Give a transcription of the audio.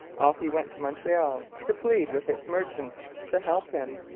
off he went to montreal, to plead with its merchants to help him.